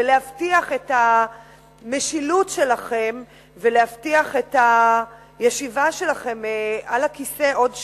ולהבטיח את המשילות שלכם ולהבטיח את הישיבה שלכם על הכיסא עוד שנתיים,